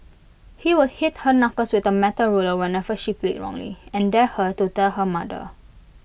he would hit her knuckles with A metal ruler whenever she played wrongly and dared her to tell her mother